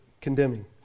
condemning